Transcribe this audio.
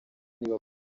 niba